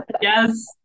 Yes